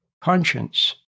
conscience